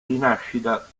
rinascita